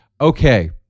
okay